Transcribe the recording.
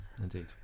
indeed